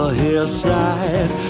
hillside